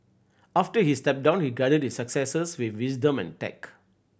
after he stepped down he guided his successors with wisdom and tact